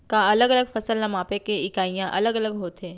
का अलग अलग फसल ला मापे के इकाइयां अलग अलग होथे?